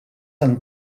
han